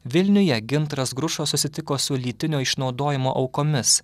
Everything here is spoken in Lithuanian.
vilniuje gintaras grušas susitiko su lytinio išnaudojimo aukomis